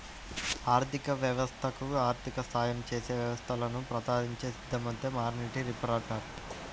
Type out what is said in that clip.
ఆర్థిక వ్యవస్థకు ఆర్థిక సాయం చేసే వ్యవస్థలను ప్రతిపాదించే సిద్ధాంతమే మానిటరీ రిఫార్మ్